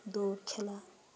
দৌড় খেলা